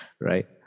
right